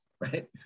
right